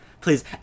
Please